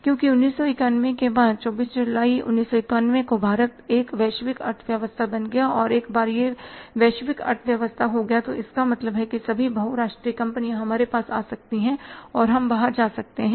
क्योंकि 1991 के बाद 24 जुलाई 1991 को भारत एक वैश्विक अर्थव्यवस्था बन गया और एक बार यह वैश्विक अर्थव्यवस्था हो गया तो इसका मतलब है सभी बहु राष्ट्रीय कंपनियों हमारे पास आ सकते हैं और हम बाहर जा सकते हैं